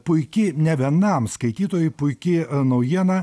puiki ne vienam skaitytojui puiki naujiena